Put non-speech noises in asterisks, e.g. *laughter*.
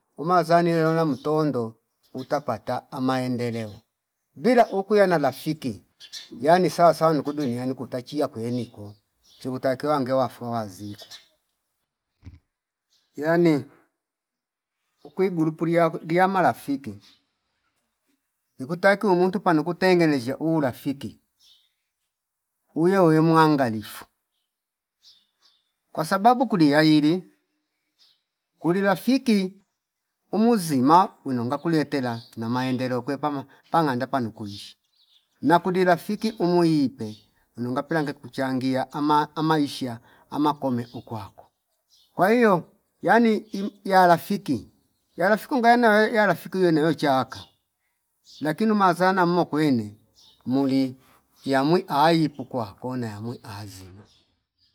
Umazani yelona mutondo *noise* utapata amaendeleo bila ukuya na lafiki *noise* yani sawasawa niku duniani kutachia kweniko chikutakiwa ngewa fowazikwe *noise* yani ukwi gulu pulia gia malafiki ikutakio muntu pano kutengelezshia ulafiki *noise* uyoyo mwangalifu kwasababu kuli ahili kuli rafiki umuzima wino ngakulie tela na maendeleo kwepama panganda panu kuishi na kuli rafiki umuipe uno ngapela nge kuchangia ama- amaisha amakome ukwako kwa hio yani imyalafiki yalafiki unganawe yalafiki uyo nowe chawaka *noise* lakini umazana mo kwene muli yamwi aii pukwa ko nayamwi azima *noise*